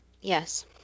Yes